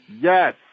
Yes